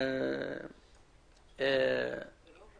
לא הייתי